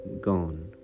gone